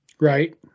Right